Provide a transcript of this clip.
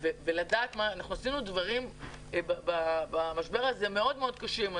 במשבר הזה אנחנו עשינו דברים מאוד מאוד קשים.